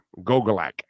Gogolak